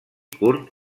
curt